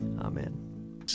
Amen